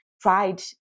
tried